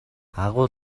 агуу